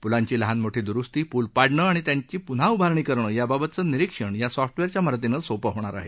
पुलांची लहानमोठी दुरुस्ती पुल पाडणे आणि त्यांची पुन्हा उभारणी करणं याबाबतचं निरीक्षण या सॉफ्टवेअरच्या मदतीनं सोपं होणार आहे